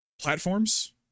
platforms